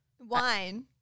Wine